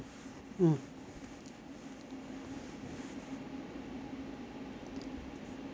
mm